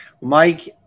Mike